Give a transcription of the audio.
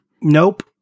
Nope